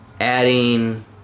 Adding